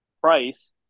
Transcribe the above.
price